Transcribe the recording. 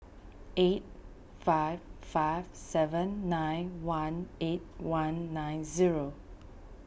eight five five seven nine one eight one nine zero